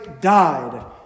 died